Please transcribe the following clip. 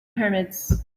pyramids